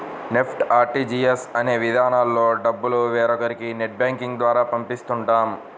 NEFT, RTGS అనే విధానాల్లో డబ్బుల్ని వేరొకరికి నెట్ బ్యాంకింగ్ ద్వారా పంపిస్తుంటాం